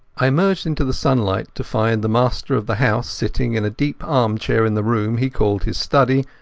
i emerged into the sunlight to find the master of the house sitting in a deep armchair in the room he called his study,